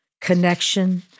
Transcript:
Connection